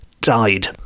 died